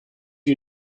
you